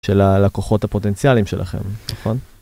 של הלקוחות הפוטנציאליים שלכם, נכון?